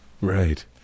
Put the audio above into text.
Right